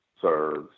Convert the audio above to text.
serves